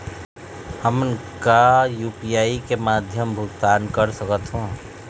हमन का यू.पी.आई के माध्यम भुगतान कर सकथों?